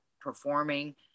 performing